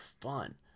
fun